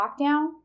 lockdown